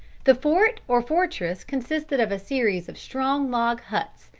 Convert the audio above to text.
the fort or fortress consisted of a series of strong log huts,